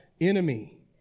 enemy